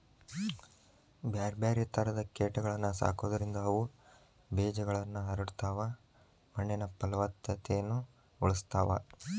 ಬ್ಯಾರ್ಬ್ಯಾರೇ ತರದ ಕೇಟಗಳನ್ನ ಸಾಕೋದ್ರಿಂದ ಅವು ಬೇಜಗಳನ್ನ ಹರಡತಾವ, ಮಣ್ಣಿನ ಪಲವತ್ತತೆನು ಉಳಸ್ತಾವ